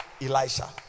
Elisha